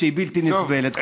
שהיא בלתי נסבלת.